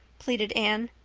pleaded anne.